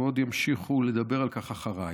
ועוד ימשיכו לדבר על כך אחריי.